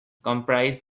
comprise